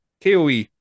KOE